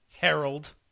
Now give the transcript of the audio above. Harold